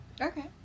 Okay